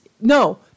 no